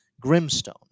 Grimstone